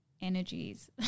energies